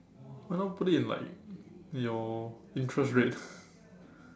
why not put it in like your interest rate